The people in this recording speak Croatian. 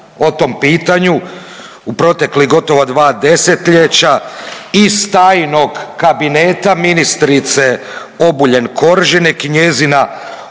o tom pitanju u proteklih gotovo 2 desetljeća, iz tajnog kabineta ministrice Obuljen Koržinek i njezina